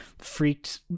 freaked